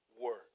work